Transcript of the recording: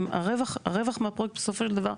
הרווח מהפרויקט בסופו של דבר,